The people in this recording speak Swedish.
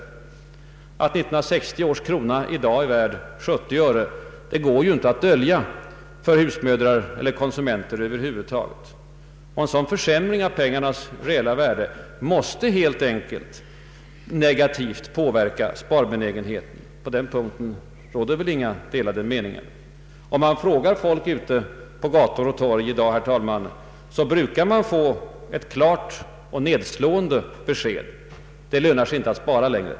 Att 1960 års krona i dag är värd 70 öre går inte att dölja för husmödrar eller konsumenter över huvud taget. En sådan försämring av pengarnas reella värde måste helt enkelt negativt påverka sparbenägenheten, därom råder knappast delade meningar. Om man frågar folk ute på gator och torg i dag, herr talman, brukar man få ett klart och nedslående besked: Det lönar sig inte att spara längre.